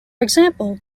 example